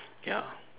ya